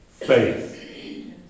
Faith